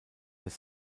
des